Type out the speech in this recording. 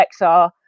XR